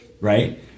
right